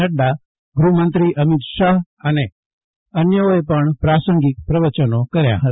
નડા મુખ્યમંત્રી અમિત શાફ અને અન્યોએ પણ પ્રાસંગિક પ્રવચનો કર્યા હતા